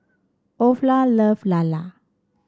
Olaf love Lala